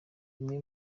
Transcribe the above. bimwe